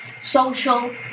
social